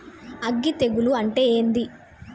అగ్గి తెగులు అంటే ఏంది?